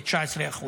כ-19%.